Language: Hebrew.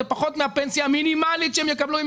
זה פחות מהפנסיה המינימלית שהן יקבלו אם